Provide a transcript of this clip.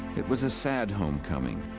it was a sad homecoming.